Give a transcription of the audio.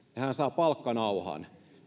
hän saa palkkanauhan